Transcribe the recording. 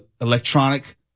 electronic